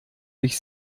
wich